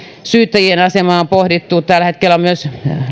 syyttäjien asemaa on on pohdittu tällä hetkellä on myös